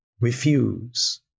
refuse